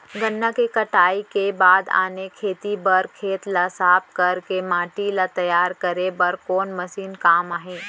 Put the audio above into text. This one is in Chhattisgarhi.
गन्ना के कटाई के बाद आने खेती बर खेत ला साफ कर के माटी ला तैयार करे बर कोन मशीन काम आही?